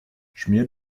schmier